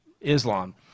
Islam